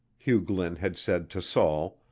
hugh glynn had said to saul,